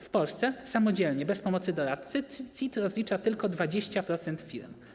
W Polsce samodzielnie, bez pomocy doradcy CIT rozlicza tylko 20% firm.